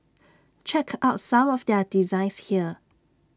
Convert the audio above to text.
check out some of their designs here